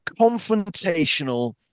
confrontational